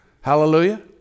Hallelujah